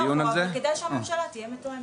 בגלל שהממשלה תהיה מתואמת.